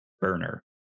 burner